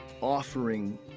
offering